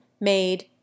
made